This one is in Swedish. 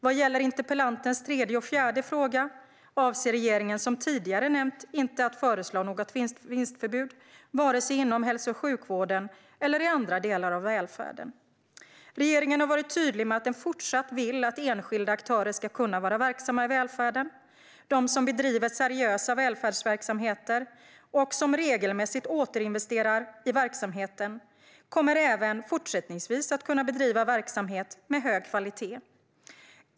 Vad gäller interpellantens tredje och fjärde fråga avser regeringen, som tidigare nämnts, inte att föreslå något vinstförbud vare sig inom hälso och sjukvården eller i andra delar av välfärden. Regeringen har varit tydlig med att den fortsatt vill att enskilda aktörer ska kunna vara verksamma i välfärden. De som bedriver seriösa välfärdsverksamheter och som regelmässigt återinvesterar i verksamheten kommer även fortsättningsvis att kunna bedriva verksamhet med hög kvalitet.